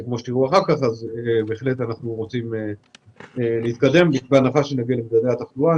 אז אנחנו בהחלט רוצים להתקדם בהנחה שאנחנו מגיעים ליעדי ממדי התחלואה.